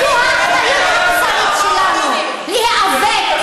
זו האחריות המוסרית שלנו, להיאבק.